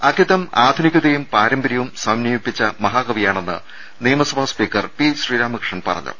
അക്കിത്തം ആധുനികത യും പാരമ്പര്യവും സമന്വയിപ്പിച്ച മഹാകവിയാണെന്ന് നിയമസഭാ സ്പീ ക്കർ പി ശ്രീരാമകൃഷ്ണൻ പറഞ്ഞു